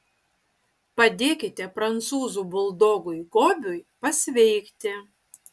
padėkite prancūzų buldogui gobiui pasveikti